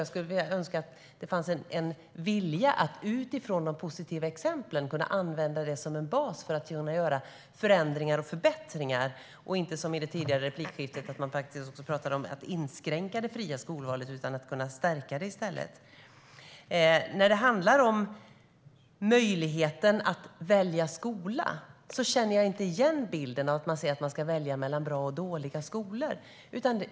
Jag skulle önska att det fanns en vilja att använda de positiva exemplen som en bas för att göra förändringar och förbättringar och att man inte, som i ett tidigare replikskifte, talar om att inskränka det fria skolvalet utan i stället kan stärka det. Jag känner inte igen bilden av att vi säger att man ska kunna välja mellan bra och dåliga skolor.